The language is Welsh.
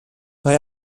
mae